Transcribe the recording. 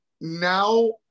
now